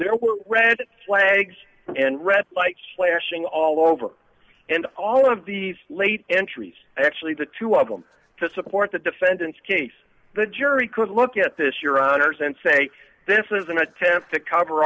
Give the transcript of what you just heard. there were red flags and red lights flashing all over and all of these late entries actually the two of them to support the defendant's case the jury could look at this your honour's and say this is an attempt to cover